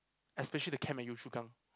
especially the camp at Yio-Chu-Kang